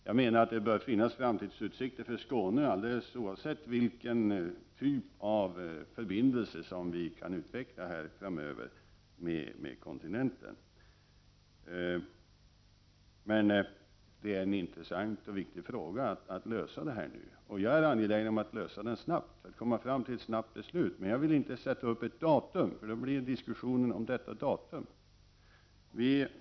Jag menar att det bör finnas framtidsutsikter för Skåne, oavsett vilken typ av förbindelse som vi kan utveckla framöver med kontinenten. Men detta är en intressant och viktig fråga att lösa. Jag är angelägen om att lösa den snabbt och komma fram till ett snabbt beslut. Men jag vill inte sätta upp ett datum, för då blir det diskussion om detta datum i stället.